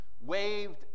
waved